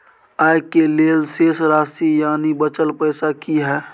आय के लेल शेष राशि यानि बचल पैसा की हय?